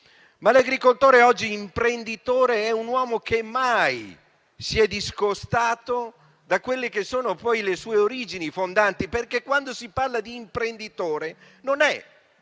L'agricoltore, oggi imprenditore, è un uomo che mai si è discostato da quelle che sono le sue origini fondanti. Quando si parla di imprenditore agricolo